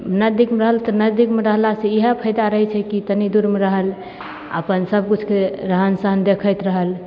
नजदीकमे रहल तऽ नजदीकमे रहलासँ इएह फायदा रहय छै की तनी दूरमे रहल आओर अपन सब किछुके रहन सहन देखैत रहल